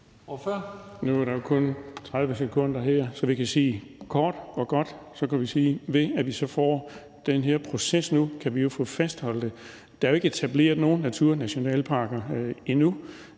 Nu er der jo kun 30 sekunders taletid her, men jeg kan sige kort og godt, at ved at vi så får den her proces nu, kan vi få fastholdt det. Der er jo ikke etableret nogen naturnationalparker endnu.